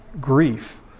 grief